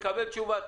תקבל תשובה.